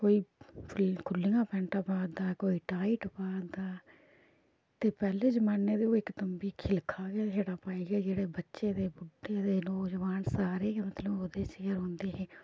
कोई खुल खुल्लियां पैन्टा पा दा कोई टाइट पा दा ते पैह्ले जमान्ने च ओह् इक तम्बी खिलखा गै पाइयै जेह्ड़े बच्चे ते बुड्डे ते नौजवान सारे गै लोग मतलब ओह्दे च गै रौंह्दे हे